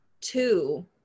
two